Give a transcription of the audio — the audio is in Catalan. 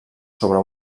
sobre